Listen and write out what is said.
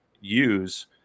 use